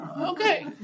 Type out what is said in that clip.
okay